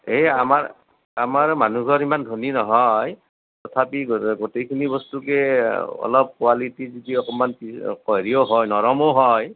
এই আমাৰ আমাৰ মানুহঘৰ ইমান ধনী নহয় তথাপি গোটেই গোটেইখিনি বস্তুকে অলপ কোৱালিটী যদি অকণমান হেৰিও হয় নৰমো হয়